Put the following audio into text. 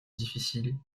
difficiles